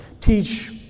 teach